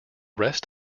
rest